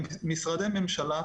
משרדי הממשלה,